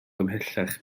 ymhellach